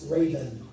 Raven